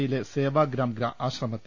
യിലെ സേവാഗ്രാം ആശ്രമത്തിൽ